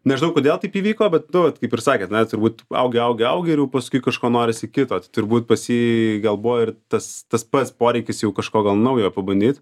nežinau kodėl taip įvyko bet nu kaip ir sakėt na turbūt augi augi augi ir jau paskui kažko norisi kito turbūt pas jį gal buvo ir tas tas pats poreikis jau kažko gal naujo pabandyt